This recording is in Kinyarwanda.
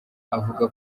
avuga